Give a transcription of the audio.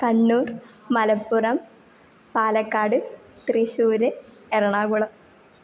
Kannur Malappuram Palakkad Thrissur Ernakulam